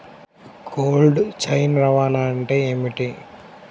Cold chain రవాణా అంటే ఏమిటీ?